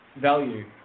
value